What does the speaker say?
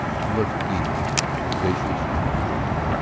he looked evil and vicious and cruel.